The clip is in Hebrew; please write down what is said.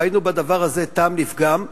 ראינו בדבר הזה טעם לפגם,